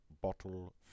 bottle